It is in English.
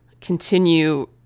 continue